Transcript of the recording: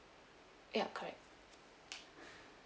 ya correct